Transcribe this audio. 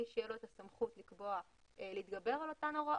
מי שתהיה לו את הסמכות להתגבר על אותן הוראות,